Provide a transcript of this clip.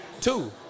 Two